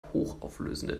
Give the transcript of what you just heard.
hochauflösende